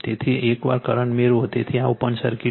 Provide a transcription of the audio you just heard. તેથી એકવાર કરંટ મેળવો તેથી આ ઓપન સર્કિટ છે